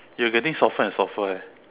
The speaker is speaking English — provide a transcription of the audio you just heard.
you're getting softer and softer eh